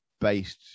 based